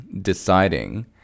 deciding